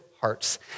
hearts